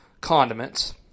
condiments